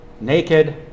naked